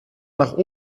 nach